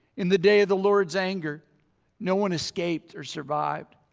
in the day of the lord's anger no one escaped or survived.